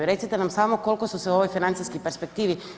Recite nam samo kolko su se u ovoj financijskoj perspektivi